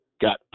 got